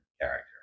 character